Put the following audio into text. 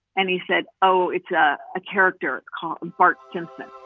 and he said oh it's a character called parkinson